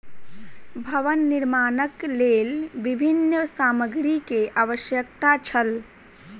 भवन निर्माणक लेल विभिन्न सामग्री के आवश्यकता छल